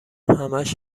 همش